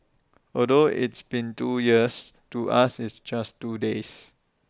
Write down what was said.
although it's been two years to us it's just two days